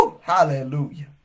Hallelujah